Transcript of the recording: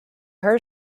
her